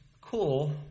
cool